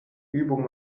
übung